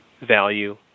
value